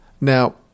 Now